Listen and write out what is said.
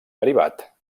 derivat